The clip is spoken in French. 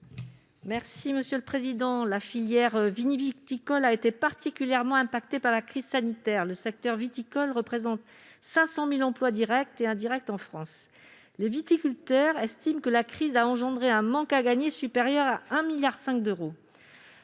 n° II-39 rectifié. La filière vitivinicole a été particulièrement impactée par la crise sanitaire. Le secteur viticole représente 500 000 emplois directs et indirects en France. Les viticulteurs estiment que la crise a engendré un manque à gagner supérieur à 1,5 milliard d'euros.